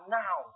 now